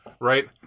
right